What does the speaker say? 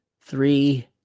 three